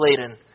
laden